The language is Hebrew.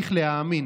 "צריך להאמין.